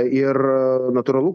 ir natūralu